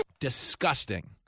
disgusting